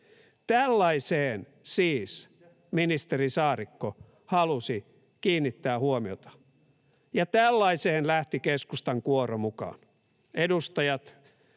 Tällaiseen siis ministeri Saarikko halusi kiinnittää huomiota, ja tällaiseen lähti keskustan kuoro mukaan.